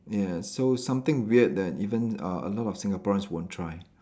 ya so something weird that even uh a lot of Singaporeans won't try